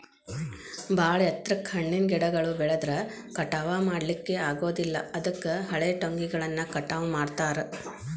ಬಾಳ ಎತ್ತರಕ್ಕ್ ಹಣ್ಣಿನ ಗಿಡಗಳು ಬೆಳದ್ರ ಕಟಾವಾ ಮಾಡ್ಲಿಕ್ಕೆ ಆಗೋದಿಲ್ಲ ಅದಕ್ಕ ಹಳೆಟೊಂಗಿಗಳನ್ನ ಕಟಾವ್ ಮಾಡ್ತಾರ